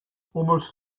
almost